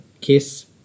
Kiss